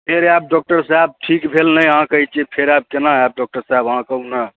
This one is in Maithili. फेर आएब डाक्टर साहेब ठीक भेल नहि अहाँ कहै छी फेर आएब केना होयत डाक्टर साहेब अहाँ कहु ने